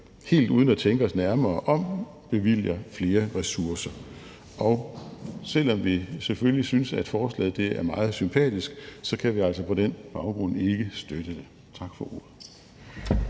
helt uden at tænke os nærmere om bevilger flere ressourcer. Selv om vi selvfølgelig synes, at forslaget er meget sympatisk, kan vi altså på den baggrund ikke støtte det. Tak for ordet.